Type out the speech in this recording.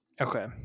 okay